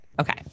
Okay